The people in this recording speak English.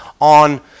on